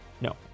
No